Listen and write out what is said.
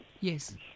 Yes